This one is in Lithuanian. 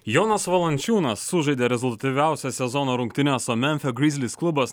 jonas valančiūnas sužaidė rezultatyviausias sezono rungtynes o memfio grizlys klubas